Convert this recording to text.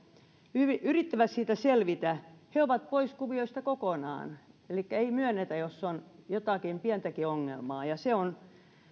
siitä selvitä he ovat pois kuvioista kokonaan elikkä tukea ei myönnetä jos on jotakin pientäkin ongelmaa ja se on